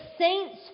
saints